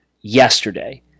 yesterday